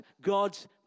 God's